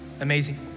Amazing